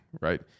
right